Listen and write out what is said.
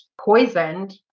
poisoned